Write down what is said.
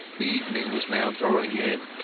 the evening was now drawing in,